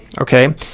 okay